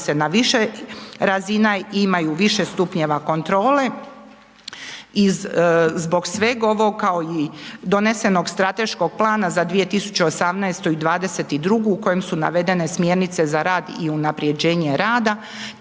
na više razina imaju više stupnjeva kontrole. I zbog svega ovog, kao i donošenog strateškog plana za 2018. i 2022. u kojoj su navedene smjernice za rad i unapređenje rada,